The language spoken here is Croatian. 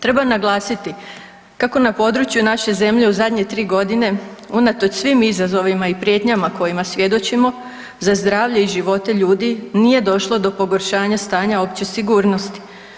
Treba naglasiti kako na području naše zemlje u zadnje 3 godine unatoč svim izazovima i prijetnjama kojima svjedočimo za zdravlje i života ljudi nije došlo do pogoršanja stanja opće sigurnosti.